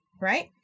right